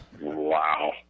wow